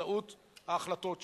באמצעות ההחלטות שלנו.